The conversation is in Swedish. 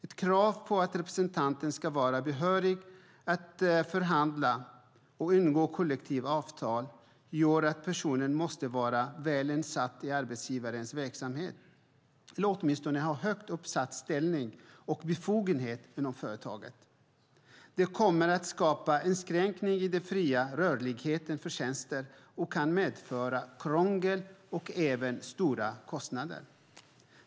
Ett krav på att representanten ska vara behörig att förhandla och ingå kollektivavtal gör att personen måste vara väl insatt i arbetsgivarens verksamhet eller åtminstone ha högt uppsatt ställning och befogenhet inom företaget. Det kommer att skapa en inskränkning i den fria rörligheten för tjänster och kan medföra krångel och även stora kostnader.